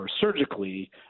surgically